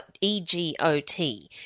E-G-O-T